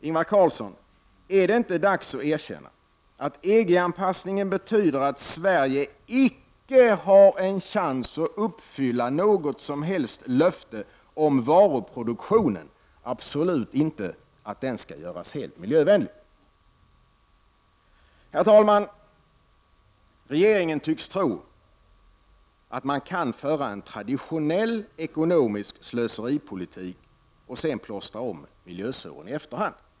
Ingvar Carlsson, är det inte dags att erkänna att EG-anpassningen betyder att Sverige icke har en chans att uppfylla något som helst löfte om varuproduktionen, absolut inte att den skall göras helt miljövänlig? Herr talman! Regeringen tycks tro att man kan föra en traditionell ekonomisk slöseripolitik och sedan plåstra om miljösåren i efterhand.